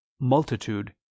multitude